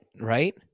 right